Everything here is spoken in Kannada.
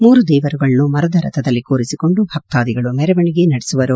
ಮೂರು ದೇವರುಗಳನ್ನು ಮರದ ರಥದಲ್ಲಿ ಕೂರಿಸಿಕೊಂಡು ಭಕ್ತಾದಿಗಳು ಮೆರವಣಿಗೆ ನಡೆಸುವರು